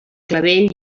clavell